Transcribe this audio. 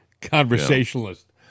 conversationalist